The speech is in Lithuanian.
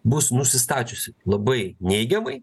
bus nusistačiusi labai neigiamai